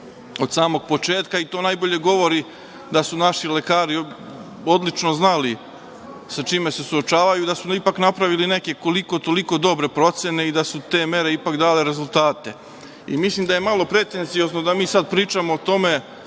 od samog početka. To najbolje govori da su naši lekari odlično znali sa čime se suočavaju, da su ipak napravili neke koliko-toliko dobre procene i da su te mere ipak dale rezultate. Mislim da je malo pretenciozno da mi sada pričamo o tome